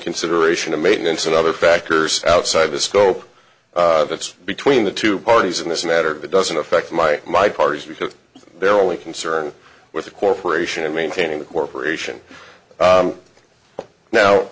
consideration of maintenance and other factors outside the scope that's between the two parties in this matter but doesn't affect my my parties because they're only concerned with the corporation and maintaining the corporation